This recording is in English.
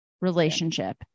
relationship